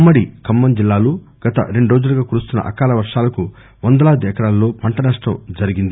ఉమ్మడి ఖమ్మం జిల్లాలో గత రెండు రోజులుగా కురుస్తున్న అకాల వర్గాలకు వందలాది ఎకరాలలో పంట నష్టం వాటిల్లింది